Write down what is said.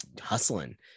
hustling